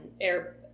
air